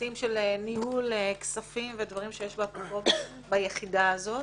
לנושאים של ניהול כספים ודברים שיש ביחידה הזאת